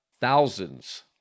thousands